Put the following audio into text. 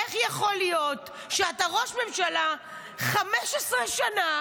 איך יכול להיות שאתה ראש ממשלה 15 שנה